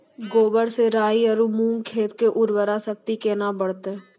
गोबर से राई आरु मूंग खेत के उर्वरा शक्ति केना बढते?